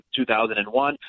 2001